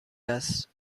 است